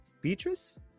Beatrice